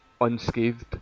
unscathed